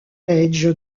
page